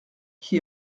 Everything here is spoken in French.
qui